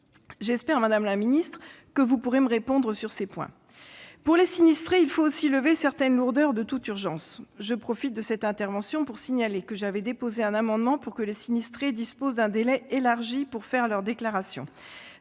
J'espère, madame la secrétaire d'État, que vous pourrez me répondre sur ces points. Pour les sinistrés, il faut aussi remédier à certaines lourdeurs, de toute urgence ! Je profite de cette intervention pour signaler que j'avais déposé un amendement pour que les sinistrés disposent d'un délai élargi pour faire leurs déclarations.